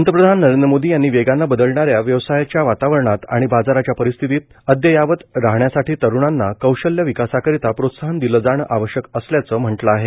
पंतप्रधान नरेंद्र मोदी यांनी वेगानं बदलणाऱ्या व्यवसायाच्या वातावरणात आणि बाजाराच्या परिस्थितीत अदययावत राहण्यासाठी तरुणांना कौशल्य विकासाकरिता प्रोत्साहन दिलं जाण आवश्यक असल्याच म्हटलं आहे